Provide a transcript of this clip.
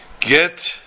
Get